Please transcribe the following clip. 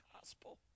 gospel